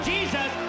Jesus